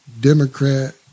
Democrat